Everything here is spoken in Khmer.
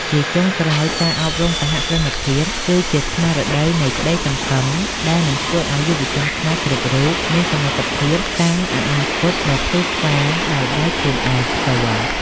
ជាចុងក្រោយ ការអប់រំសហគ្រិនភាពគឺជា "ស្មារតីនៃក្តីសង្ឃឹម" ដែលនឹងធ្វើឱ្យយុវជនខ្មែរគ្រប់រូបមានសមត្ថភាពសាងអនាគតដ៏ភ្លឺស្វាងដោយដៃខ្លួនឯងផ្ទាល់។